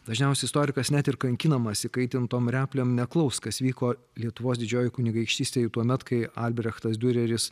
dažniausiai istorikas net ir kankinamas įkaitintom replėm neklaus kas vyko lietuvos didžioj kunigaikštystėj tuomet kai albrechtas diureris